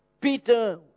Peter